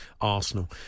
Arsenal